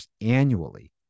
annually